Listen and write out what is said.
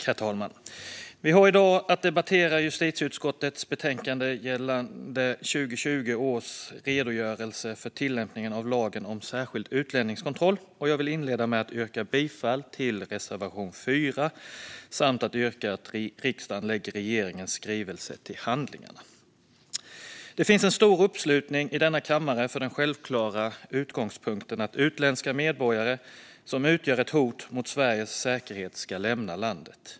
Herr talman! Vi har i dag att debattera justitieutskottets betänkande gällande 2020 års redogörelse för tillämpningen av lagen om särskild utlänningskontroll. Jag vill inleda med att yrka bifall till reservation 4 samt yrka att riksdagen lägger regeringens skrivelse till handlingarna. Det finns en stor uppslutning i denna kammare bakom den självklara utgångspunkten att utländska medborgare som utgör ett hot mot Sveriges säkerhet ska lämna landet.